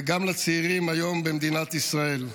גם לצעירים היום במדינת ישראל.